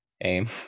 AIM